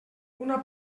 una